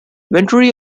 venturi